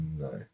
no